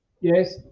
Yes